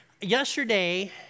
Yesterday